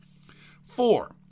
Four